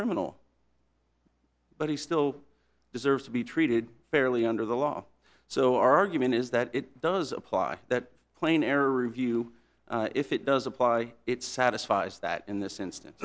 criminal but he still deserves to be treated fairly under the law so our argument is that it does apply that plane air review if it does apply it satisfies that in this instance